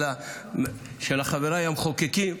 של חבריי המחוקקים,